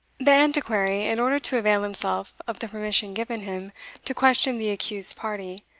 the antiquary, in order to avail himself of the permission given him to question the accused party,